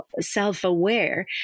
self-aware